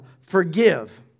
forgive